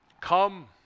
Come